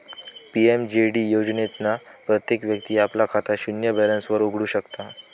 PMJD योजनेतना प्रत्येक व्यक्ती आपला खाता शून्य बॅलेंस वर उघडु शकता